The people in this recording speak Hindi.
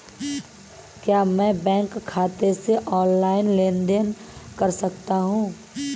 क्या मैं बैंक खाते से ऑनलाइन लेनदेन कर सकता हूं?